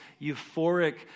euphoric